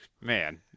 man